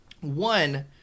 one